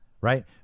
right